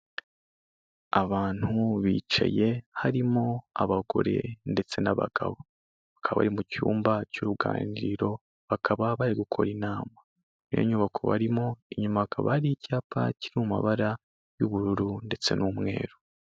Abantu bicaye, harimo abagore ndetse n'abagabo, bakaba bari mu cyumba cy'uruganiriro, bakaba bari gukora inama, iyo nyubako barimo inyuma akaba ari icyapa kiri mu mabara y'ubururu ndetse n'umweru.